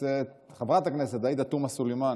חברת הכנסת עאידה תומא סלימאן,